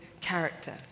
character